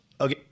Okay